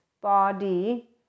body